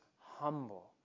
humble